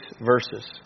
verses